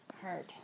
hard